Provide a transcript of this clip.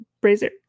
brazier